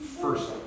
first